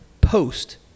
post